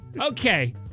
Okay